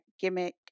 gimmick